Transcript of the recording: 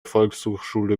volkshochschule